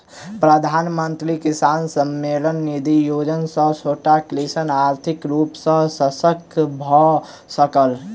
प्रधानमंत्री किसान सम्मान निधि योजना सॅ छोट कृषक आर्थिक रूप सॅ शशक्त भअ सकल